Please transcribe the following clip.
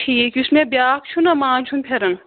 ٹھیٖک یُس مےٚ بیٛاکھ چھُنا ماجہِ ہُنٛد پھٮ۪رن